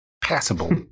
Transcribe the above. passable